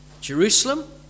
Jerusalem